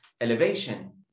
elevation